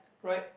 right